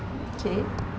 okay